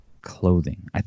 clothing